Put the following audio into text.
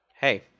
hey